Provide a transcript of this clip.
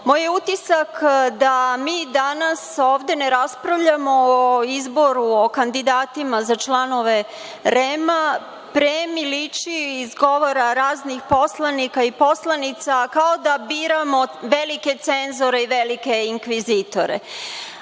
Moj je utisak da mi danas ovde ne raspravljamo o izboru, o kandidatima za članove REM, pre mi liči, iz govora raznih poslanika i poslanica, kao da biramo velike cenzore i velike inkvizitore. Ovaj